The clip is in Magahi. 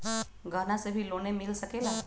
गहना से भी लोने मिल सकेला?